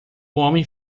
homem